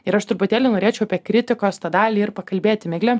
ir aš truputėlį norėčiau apie kritikos tą dalį ir pakalbėti migle